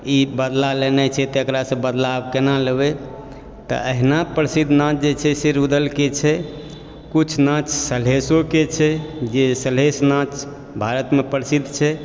ई बदला लेने छै तऽ आब एकरा से बदला केना लेबै तऽ एहिना प्रसिद्ध नाँच जे छै से रुदलके छै किछु नाँच सलहेशोके छै जे सलहेश नाँच भारतमे प्रसिद्ध छै